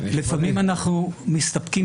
לפעמים אנחנו מסתפקים